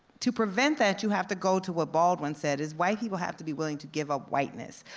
to prevent that, you have to go to what baldwin said is, white people have to be willing to give up whiteness.